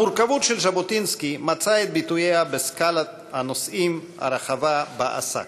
המורכבות של ז'בוטינסקי מצאה את ביטויה בסקאלת הנושאים הרחבה שבהם עסק.